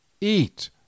eat